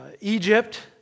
Egypt